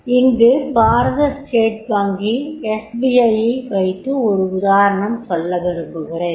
இங்கு பாரத ஸ்டேட் வங்கி ஐ வைத்து ஒரு உதாரணம் சொல்ல விரும்புகிறேன்